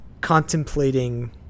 contemplating